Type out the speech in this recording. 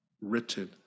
written